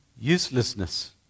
uselessness